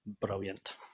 brilliant